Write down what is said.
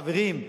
חברים,